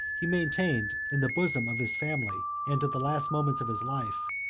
he maintained, in the bosom of his family, and to the last moments of his life,